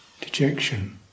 dejection